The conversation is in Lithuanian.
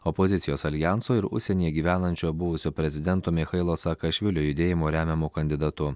opozicijos aljanso ir užsienyje gyvenančio buvusio prezidento michailo saakašvilio judėjimo remiamu kandidatu